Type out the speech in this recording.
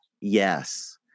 yes